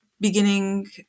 beginning